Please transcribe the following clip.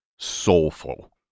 Soulful